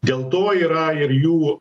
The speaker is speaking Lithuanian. dėl to yra ir jų